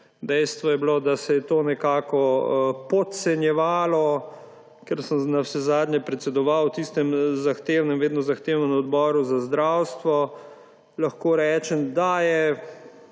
Dejstvo je bilo, da se je to nekako podcenjevalo. Ker sem navsezadnje predsedoval v tistem zahtevnem, vedno zahtevnem, Odboru za zdravstvo, lahko rečem, da je